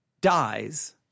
dies